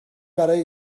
برای